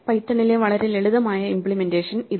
പൈത്തണിലെ വളരെ ലളിതമായ ഇമ്പ്ലിമെന്റേഷൻ ഇതാണ്